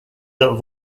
that